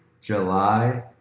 July